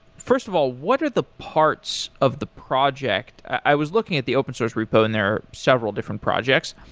first of all, what are the parts of the project? i was looking at the open source repo and their several different projects.